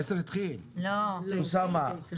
אוסאמה